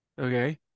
okay